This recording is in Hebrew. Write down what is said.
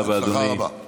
בהצלחה רבה.